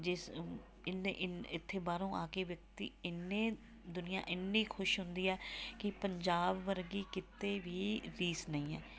ਜਿਸ ਇੱਥੇ ਬਾਹਰੋਂ ਆ ਕੇ ਵਿਅਕਤੀ ਇੰਨੇ ਦੁਨੀਆ ਇੰਨੀ ਖੁਸ਼ ਹੁੰਦੀ ਹੈ ਕਿ ਪੰਜਾਬ ਵਰਗੀ ਕਿਤੇ ਵੀ ਰੀਸ ਨਹੀਂ ਹੈ